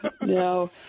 No